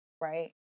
right